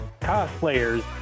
cosplayers